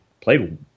played